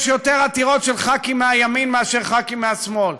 יש יותר עתירות של חברי כנסת מהימין מאשר של חברי כנסת מהשמאל.